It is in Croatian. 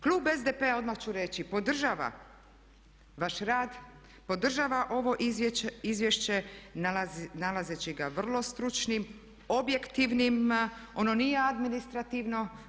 Klub SDP-a odmah ću reći podržava vaš rad, podržava ovo izvješće nalazeći ga vrlo stručnim, objektivnim, ono nije administrativno.